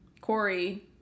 Corey